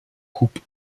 coupe